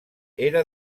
era